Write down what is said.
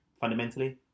fundamentally